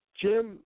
Jim